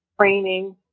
training